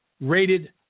rated